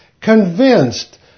convinced